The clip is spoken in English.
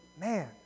man